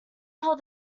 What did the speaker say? held